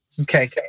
Okay